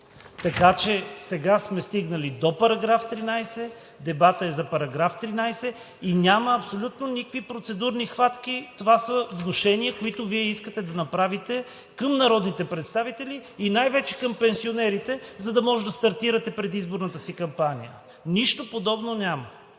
Така че сега сме стигнали до § 13. Дебатът е за § 13 и няма абсолютно никакви процедурни хватки. Това са внушения, които Вие искате да направите към народните представители и най-вече към пенсионерите, за да може да стартирате предизборната си кампания. Нищо подобно няма.